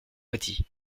petits